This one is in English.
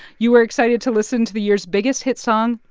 you were excited to listen to the year's biggest hit song,